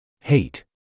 Hate